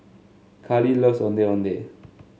Carley loves Ondeh Ondeh